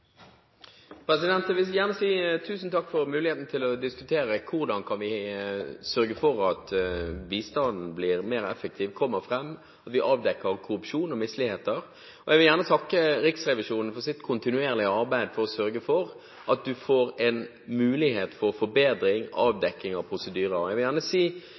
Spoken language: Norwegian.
for muligheten til å diskutere hvordan vi kan sørge for at bistanden blir effektiv, at den kommer fram, og at vi avdekker korrupsjon og misligheter. Jeg vil gjerne takke Riksrevisjonen for deres kontinuerlige arbeid for å sørge for at man får en mulighet for forbedring og avdekking av prosedyrer. Jeg vil gjerne si